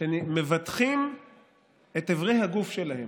שמבטחים את איברי הגוף שלהם.